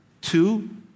two